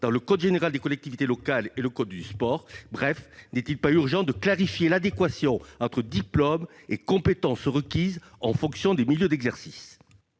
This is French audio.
dans le code général des collectivités locales et le code du sport ? Bref, n'est-il pas urgent de clarifier l'adéquation entre diplômes et compétences requises en fonction des milieux d'exercice ?